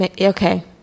Okay